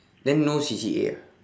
then no C_C_A ah